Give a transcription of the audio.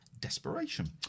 desperation